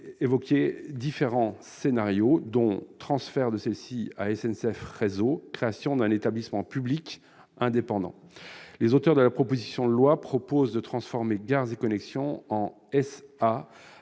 évoquait différents scénarios, dont le transfert à SNCF Réseau, avec la création d'un établissement public indépendant. Les auteurs de la proposition de loi envisagent de transformer Gares & Connexions en SA